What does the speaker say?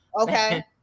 okay